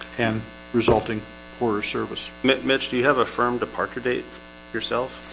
and resulting poorer service met mitch. do you have a firm departure date yourself?